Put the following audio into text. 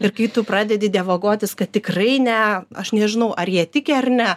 ir kai tu pradedi dievagotis kad tikrai ne aš nežinau ar jie tiki ar ne